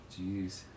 Jeez